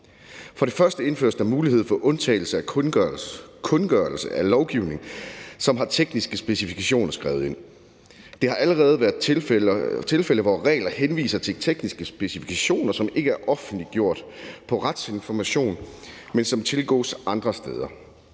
For det første indføres der mulighed for undtagelse af kundgørelse af lovgivning, som har tekniske specifikationer skrevet ind. Det har allerede været tilfældet, hvor regler henviser til tekniske specifikationer, som ikke er offentliggjort på www.retsinformation.dk, men som tilgås andre steder.